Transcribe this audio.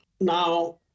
Now